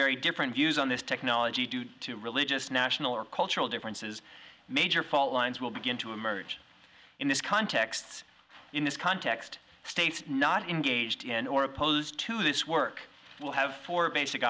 very different views on this technology due to religious national or cultural differences major fault lines will begin to emerge in this context in this context states not engaged in or opposed to this work will have four basic